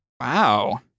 Wow